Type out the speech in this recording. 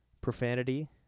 profanity